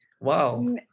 Wow